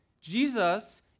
Jesus